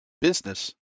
business